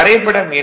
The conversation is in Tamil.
வரைபடம் எண்